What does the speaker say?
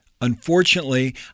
Unfortunately